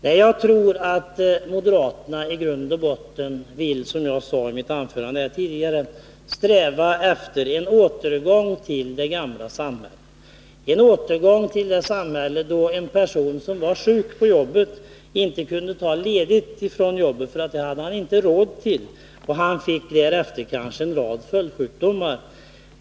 Nej, jag tror att moderaterna i grund och botten, som jag sade tidigare, strävar efter en återgång till det gamla samhället, en återgång till det samhälle där en person som var sjuk inte kunde ta ledigt från jobbet därför att han inte hade råd till det; därefter fick han kanske en rad följdsjukdomar.